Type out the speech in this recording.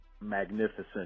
magnificent